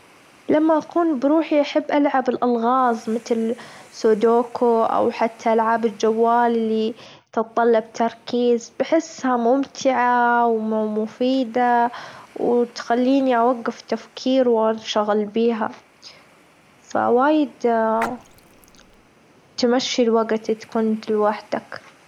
لما أكون بروحي أحب ألعب الألغاز متل سودوكو أو حتى ألعاب الجوال اللي تطلب تركيز بحسها ممتعة وم- مفيدة وتخليني أوجف تفكير وأنشغل بيها فا وايد تمشي الوجت إذ كنت لوحدك.